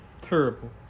Terrible